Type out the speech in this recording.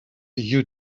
you